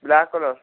black colour